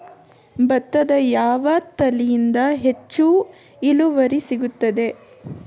ಭತ್ತದ ಯಾವ ತಳಿಯಿಂದ ಹೆಚ್ಚು ಇಳುವರಿ ಸಿಗುತ್ತದೆ?